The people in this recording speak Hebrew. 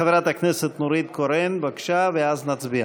חברת הכנסת נורית קורן, בבקשה, ואז נצביע.